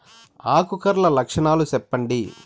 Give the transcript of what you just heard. ఆకు కర్ల లక్షణాలు సెప్పండి